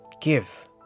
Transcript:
Give